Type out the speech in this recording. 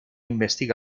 investiga